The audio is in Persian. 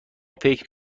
فکر